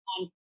on